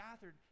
gathered